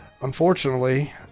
Unfortunately